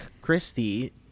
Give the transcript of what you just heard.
christie